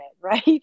right